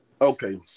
Okay